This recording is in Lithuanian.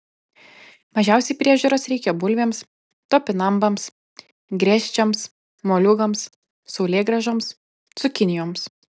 mažiausiai priežiūros reikia bulvėms topinambams griežčiams moliūgams saulėgrąžoms cukinijoms